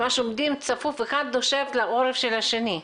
ממש עומדים צפוף, אחד נושף לעורף של השני.